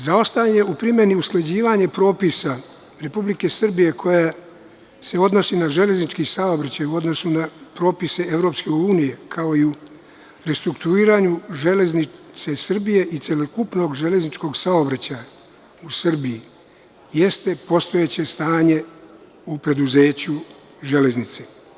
Zaostajanje u primeni i usklađivanje propisa Republike Srbije koje se odnosi na železnički saobraćaj, u odnosu na propise EU, kao i restrukturiranju „Železnice Srbije“ i celokupnog železničkog saobraćaja u Srbiji, jeste postojeće stanje u preduzeću „Železnice“